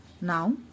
Now